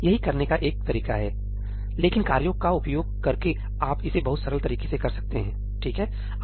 यह करने का एक तरीका है लेकिन कार्यों का उपयोग करके आप इसे बहुत सरल तरीके से कर सकते हैं ठीक है